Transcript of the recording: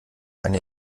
eine